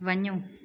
वञो